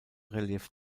relief